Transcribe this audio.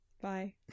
Bye